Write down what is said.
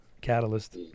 catalyst